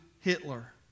Hitler